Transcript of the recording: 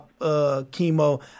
chemo